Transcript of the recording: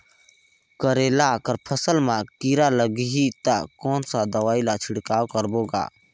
करेला कर फसल मा कीरा लगही ता कौन सा दवाई ला छिड़काव करबो गा?